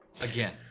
Again